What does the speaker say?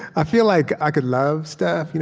i feel like i could love stuff, you know